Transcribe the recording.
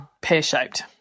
pear-shaped